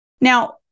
Now